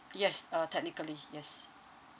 yes uh technically yes